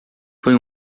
foi